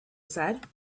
said